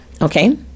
Okay